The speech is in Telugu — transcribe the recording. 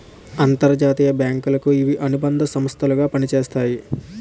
అంతర్జాతీయ బ్యాంకులకు ఇవి అనుబంధ సంస్థలు గా పనిచేస్తాయి